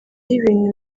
ibintu